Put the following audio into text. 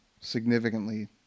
significantly